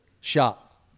shop